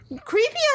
Creepy